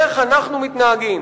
איך אנחנו מתנהגים?